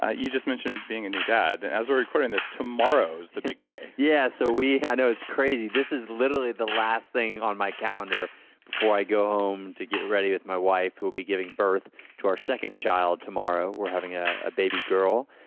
ah you just mentioned being a new dad. as we're recording this, tomorrow's the big day. yeah so yes. i know, it's crazy. this is literally the last thing on my calendar before i go home to get ready with my wife, who will be giving birth to our second child tomorrow. we're having ah a baby girl.